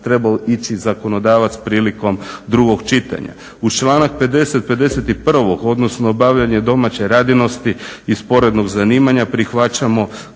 trebao ići zakonodavac prilikom drugog čitanja. Uz članak 50., 51. odnosno obavljanje domaće radinosti i sporednog zanimanja prihvaćamo